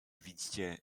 widzicie